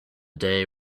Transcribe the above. day